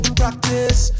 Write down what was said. practice